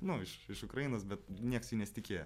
nu iš iš ukrainos bet nieks jų nesitikėjo